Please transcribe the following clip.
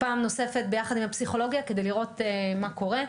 פעם נוספת ביחד עם הפסיכולוגיה כדי לראות מה קורה.